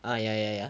ah ya ya ya